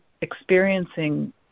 experiencing